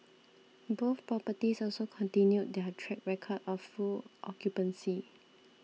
both properties also continued their track record of full occupancy